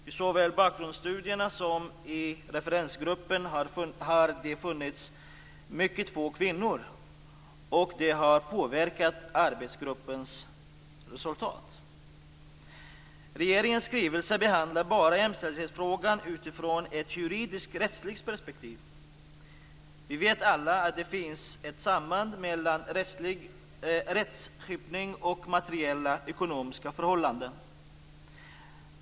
I såväl bakgrundsstudierna som i referensgruppen har det funnits mycket få kvinnor, och det har påverkat arbetsgruppens resultat. Regeringens skrivelse behandlar jämställdhetsfrågan bara utifrån ett juridiskt rättsligt perspektiv. Vi vet alla att det finns ett samband mellan rättskipning och materiella, ekonomiska förhållanden.